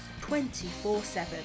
24-7